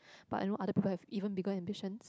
but I know other people have even bigger ambitions